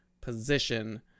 position